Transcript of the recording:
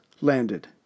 landed